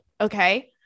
Okay